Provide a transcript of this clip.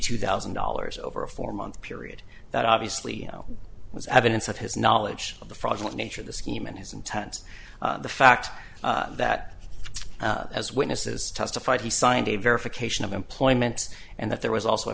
two thousand dollars over a four month period that obviously was evidence of his knowledge of the fraudulent nature of the scheme and his intent the fact that as witnesses testified he signed a verification of employment and that there was also